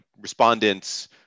respondents